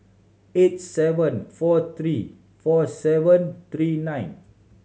eight seven four three four seven three nine